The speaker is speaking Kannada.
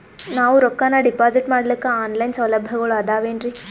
ನಾವು ರೊಕ್ಕನಾ ಡಿಪಾಜಿಟ್ ಮಾಡ್ಲಿಕ್ಕ ಆನ್ ಲೈನ್ ಸೌಲಭ್ಯಗಳು ಆದಾವೇನ್ರಿ?